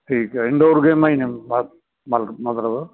ਠੀਕ ਹੈ ਇੰਡੋਰ ਗੇਮਾਂ ਹੀ ਨੇ ਬਸ ਮਤਲਬ ਮਤਲਬ